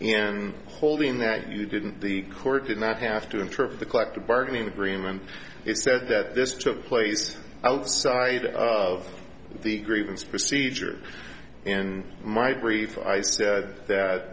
and holding that you didn't the court did not have to interrupt the collective bargaining agreement you said that this took place outside of the grievance procedure in my brief i said that